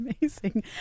amazing